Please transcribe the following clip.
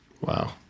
Wow